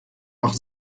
noch